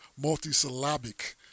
multi-syllabic